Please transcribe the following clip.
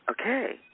Okay